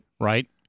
Right